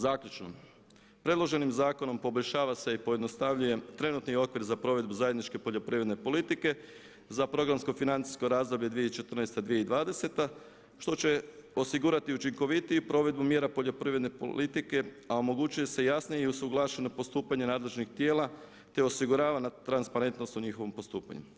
Zaključno, predloženim zakonom poboljšava se i pojednostavljuje trenutni okvir za provedbu zajedničke poljoprivredne politike za programsko financijsko razdoblje 2014.-2020. što će osigurati učinkovitiju provedbu mjera poljoprivredne politike a omogućuje se i jasnije i usuglašeno postupanje nadležnih tijela te osigurava na transparentnost u njihovom postupanju.